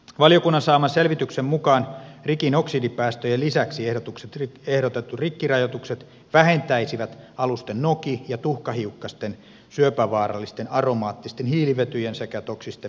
valiokunnan saaman selvityksen mukaan rikin oksidipäästöjen lisäksi ehdotetut rikkirajoitukset vähentäisivät alusten noki ja tuhkahiukkasten syöpävaarallisten aromaattisten hiilivetyjen sekä toksisten metallien päästöjä